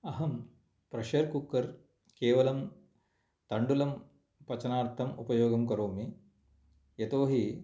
अहं pressure cooker केवलं तण्डुलं पचनार्थम् उपयोगं करोमि यतो हि